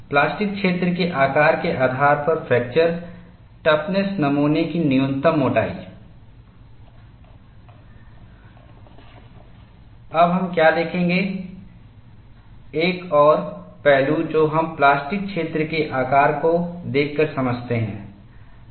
plastic क्षेत्र के आकार के आधार पर फ्रैक्चर टफनेसनमूना की न्यूनतम मोटाई अब हम क्या देखेंगे एक और पहलू जो हम प्लास्टिक क्षेत्र के आकार को देखकर समझते हैं